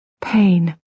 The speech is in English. Pain